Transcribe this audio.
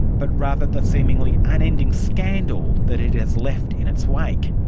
but rather the seemingly unending scandal that it has left in its wake.